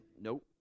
nope